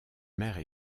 mère